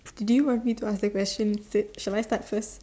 do you want me to ask the questions the shall I start first